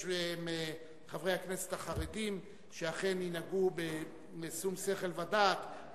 מחברי הכנסת החרדים שאכן ינהגו בשום-שכל ודעת,